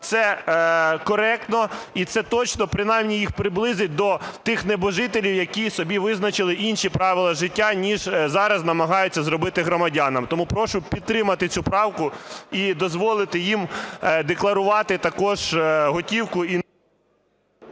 Це коректно і це точно принаймні їх приблизить до тих небожителів, які собі визначили інші правила життя, ніж зараз намагаються зробити громадянам. Тому прошу підтримати цю правку і дозволити їм декларувати також готівку...